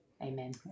Amen